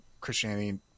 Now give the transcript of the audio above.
Christianity